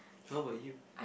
how about you